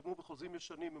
שנחתמו בחוזים ישנים,